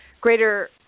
greater